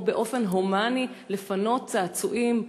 או באופן הומני לפנות צעצועים,